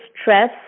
stress